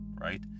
right